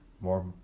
more